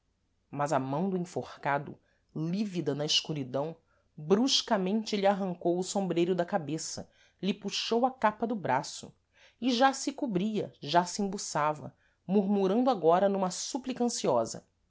mas a mão do enforcado lívida na escuridão bruscamente lhe arrancou o sombreiro da cabeça lhe puxou a capa do braço e já se cobria já se embuçava murmurando agora numa súplica ansiosa